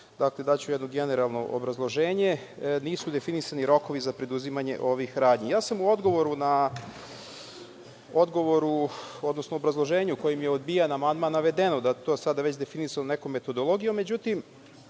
pravcu, daću jedno generalno obrazloženje, nisu definisani rokovi za preduzimanje ovih radnji. U obrazloženju kojim je odbijen amandman navedeno je da je to sad već definisano nekom metodologijom.